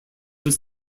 was